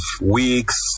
weeks